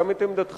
גם את עמדתך,